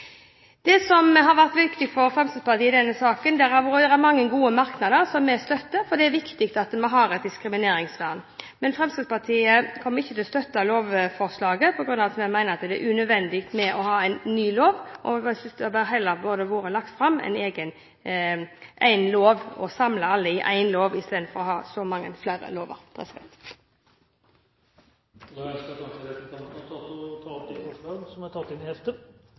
Det som har vært viktig for Fremskrittspartiet i denne saken – det har vært mange gode merknader som vi støtter – er at vi har et diskrimineringsvern. Men Fremskrittspartiet kommer ikke til å støtte lovforslaget på grunn av at vi mener det er unødvendig å ha en ny lov. Vi synes det heller burde vært lagt fram én lov – at man samlet alt i én lov, istedenfor å ha så mange lover. Da ønsker kanskje representanten å ta opp de forslagene som er inntatt i innstillingen? Ja, jeg tar opp mindretallsforslagene. Representanten Solveig Horne har tatt